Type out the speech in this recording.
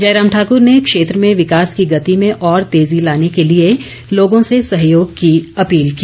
जयराम ठाकुर ने क्षेत्र में विकास की गति में और तेज़ी लाने के लिए लोगों से सहयोग की अपील की